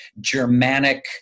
Germanic